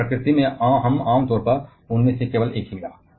लेकिन प्रकृति में हम आम तौर पर उनमें से केवल एक ही मिला